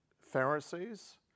Pharisees